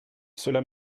cela